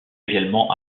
également